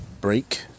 break